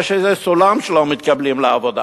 יש איזה סולם של לא מתקבלים לעבודה.